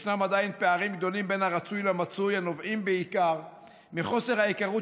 ישנם עדיין פערים גדולים בין הרצוי למצוי הנובעים בעיקר מחוסר ההיכרות